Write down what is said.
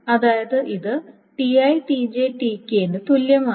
അതായത് ഇത് Ti Tj Tk ന് തുല്യമാണ്